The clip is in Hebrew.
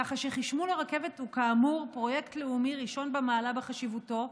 כך שחשמול הרכבת הוא כאמור פרויקט לאומי ראשון במעלה בחשיבותו,